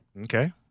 Okay